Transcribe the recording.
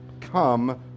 come